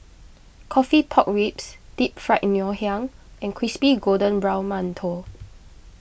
Coffee Pork Ribs Deep Fried Ngoh Hiang and Crispy Golden Brown Mantou